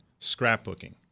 scrapbooking